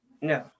no